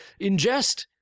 ingest